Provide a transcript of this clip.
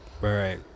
right